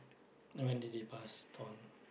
when did he pass on